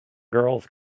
girls